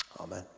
Amen